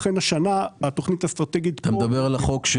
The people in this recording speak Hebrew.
לכן השנה התוכנית האסטרטגית --- אתה מדבר על החוק.